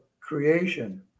creation